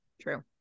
true